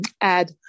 add